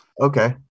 Okay